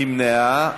נמנעה.